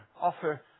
offer